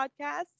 podcast